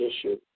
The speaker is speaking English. issue